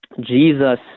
Jesus